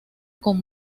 con